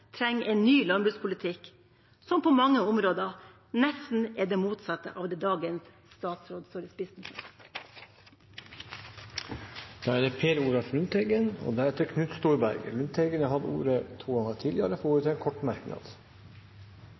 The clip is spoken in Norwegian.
trenger en ny landbrukspolitikk som på mange områder er nesten det motsatte av det dagens statsråd står i spissen for. Representanten Per Olaf Lundteigen har hatt ordet to ganger tidligere og får ordet til en kort merknad,